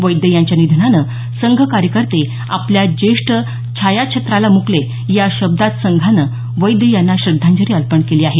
वैद्य यांच्या निधनानं संघ कार्यकर्ते आपल्या ज्येष्ठ छायाछत्राला मुकले या शब्दांत संघानं वैद्य यांना श्रद्धांजली अर्पण केली आहे